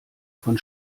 von